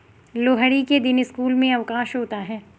लोहड़ी के दिन स्कूल में अवकाश होता है